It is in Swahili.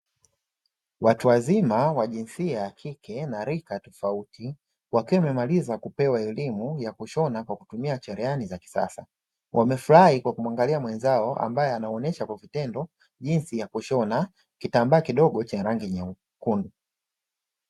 Watu wazima wa jinsia ya kike na rika tofauti, wakiwa wamemaliza kupewa elimu ya kushona kwa kutumia cherehani za kisasa. Wamefurahi kwa kumwangalia mwenzao ambaye anaonesha kwa vitendo, jinsi ya kushona kitambaa kidogo cha rangi nyekundu.